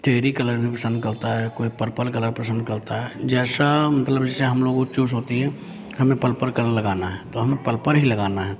cherry colour भी पसंद करता है कोई पर्पल कलर पसंद करता है जैसा मतलब जैसे हम लोगों चूज़ होती है हमें पर्पल कलर लगाना है तो हमें पर्पल ही लगाना है